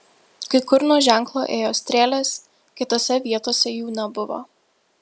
kai kur nuo ženklo ėjo strėlės kitose vietose jų nebuvo